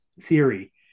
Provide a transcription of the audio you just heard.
theory